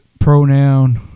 Pronoun